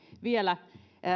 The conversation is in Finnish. vielä